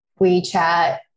WeChat